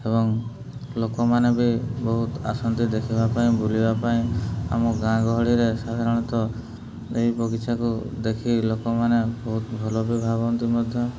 ଏବଂ ଲୋକମାନେ ବି ବହୁତ ଆସନ୍ତି ଦେଖିବା ପାଇଁ ବୁଲିବା ପାଇଁ ଆମ ଗାଁ ଗହଳିରେ ସାଧାରଣତଃ ଏହି ବଗିଚାକୁ ଦେଖି ଲୋକମାନେ ବହୁତ ଭଲ ବି ଭାବନ୍ତି ମଧ୍ୟ